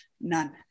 None